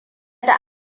da